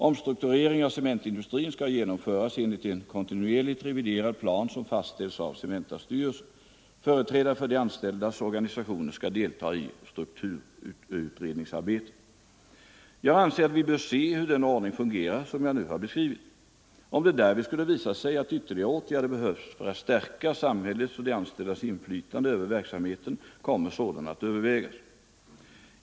Omstrukturering av cementindustrin skall genomföras enligt en kontinuerligt reviderad plan som fastställs av Cementas styrelse. Företrädare för de anställdas organisationer skall delta i strukturutredningsarbetet. Jag anser att vi bör se hur den ordning fungerar som jag nu har beskrivit. Om det därvid skulle visa sig att ytterligare åtgärder behövs för att stärka samhällets och de anställdas inflytande över verksamheten kommer sådana att övervägas.